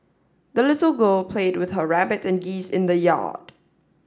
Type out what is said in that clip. the little girl played with her rabbit and geese in the yard